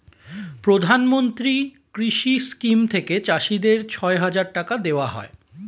প্রধানমন্ত্রী কৃষি স্কিম থেকে চাষীদের ছয় হাজার টাকা দেওয়া হয়